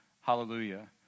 hallelujah